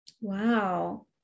Wow